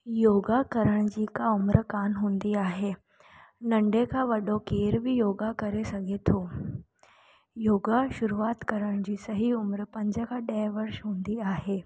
योगा करण जी का उमिरि कान हूंदी आहे नंढे खां वॾो केरु बि योगा करे सघे थो योगा शुरूआति करण जी सही उमिरि पंज खां ॾह वर्ष हूंदी आहे